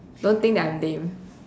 don't think that I am lame